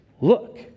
look